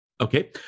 Okay